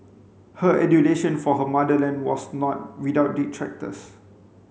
her adulation for her motherland was not without detractors